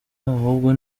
ahubwo